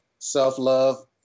Self-love